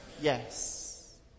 Yes